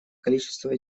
количество